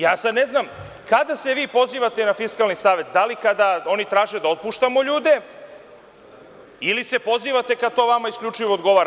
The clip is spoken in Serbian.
Ja sada ne znam, kada se vi pozivate na Fiskalni savet, da li kada oni traže da otpuštamo ljude ili se pozivate kada to vama isključivo odgovara?